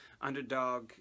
underdog